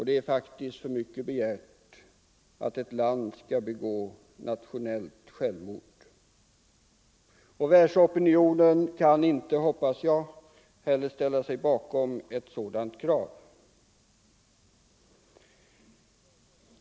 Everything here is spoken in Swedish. Det är faktiskt för mycket begärt att ett land skall begå nationellt självmord. Världsopinionen kan inte, hoppas jag, heller ställa sig bakom ett sådant krav.